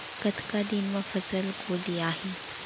कतका दिन म फसल गोलियाही?